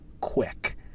quick